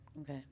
Okay